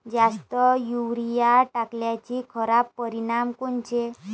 जास्त युरीया टाकल्याचे खराब परिनाम कोनचे?